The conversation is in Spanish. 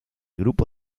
grupo